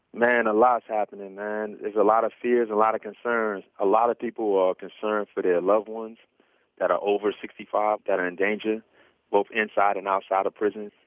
man, a lot's happening. there's a lot of fears, a lot of concerns. a lot of people are concerned for their loved ones that are over sixty five that are in danger both inside and outside of prison.